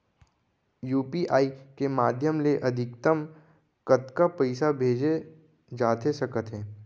UPI के माधयम ले अधिकतम कतका पइसा भेजे जाथे सकत हे?